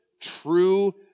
true